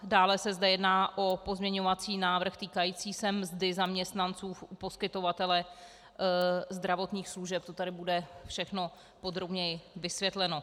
Dále se zde jedná o pozměňovací návrh týkající se mzdy zaměstnanců u poskytovatele zdravotních služeb, to tady bude všechno podrobněji vysvětleno.